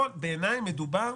פה בעיניי מדובר,